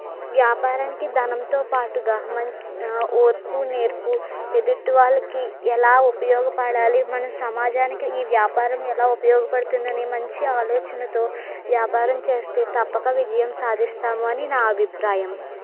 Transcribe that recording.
వ్యాపారానికి ధనంతో పాటుగా మ ఓర్పు నేర్పు ఎదుటివాళ్ళకి ఎలా ఉపయోగపడాలి మన సమాజానికి ఈ వ్యాపారం ఎలా ఉపయోగపడుతుంది అనే మంచి ఆలోచనతో వ్యాపారం చేస్తే తప్పక విజయం సాధిస్తాము అని నా అభిప్రాయం